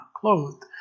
clothed